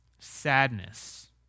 Sadness